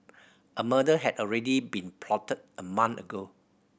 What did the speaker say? a murder had already been plotted a month ago